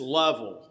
level